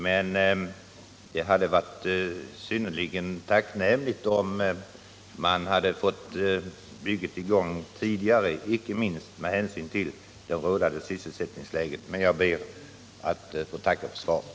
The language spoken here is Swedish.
Men det hade varit mycket tacknämligt om man hade fått bygget i gång tidigare, icke minst med hänsyn till det rådande sysselsättningsläget. Jag ber emellertid ännu en gång att få tacka för svaret.